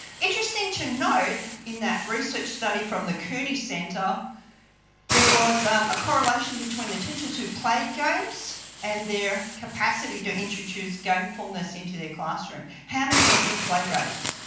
interesting to note in that research study from the cooney center there was a correlation between the teachers who played games and their capacity to introduce gamefulness into their classroom. how many of you play games?